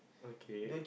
okay